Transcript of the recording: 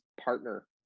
partner